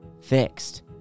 fixed